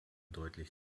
deutlich